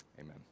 Amen